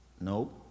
No